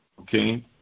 okay